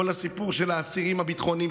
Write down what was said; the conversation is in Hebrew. כל סיפור האסירים הביטחוניים,